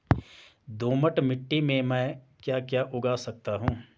दोमट मिट्टी में म ैं क्या क्या उगा सकता हूँ?